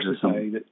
society